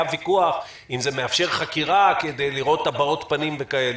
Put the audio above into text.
היה ויכוח אם זה מאפשר חקירה כדי לראות הבעות פנים וכאלה.